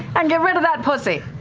and get rid of that pussy.